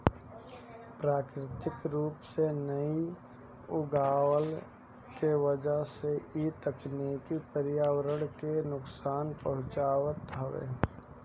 प्राकृतिक रूप से नाइ उगवला के वजह से इ तकनीकी पर्यावरण के नुकसान पहुँचावत हवे